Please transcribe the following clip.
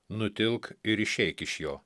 nutilk ir išeik iš jo